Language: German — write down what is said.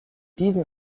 diesen